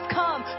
come